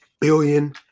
billion